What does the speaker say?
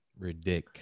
Ridic